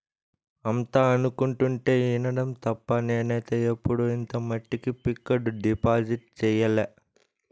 అంతా అనుకుంటుంటే ఇనడం తప్ప నేనైతే ఎప్పుడు ఇంత మట్టికి ఫిక్కడు డిపాజిట్ సెయ్యలే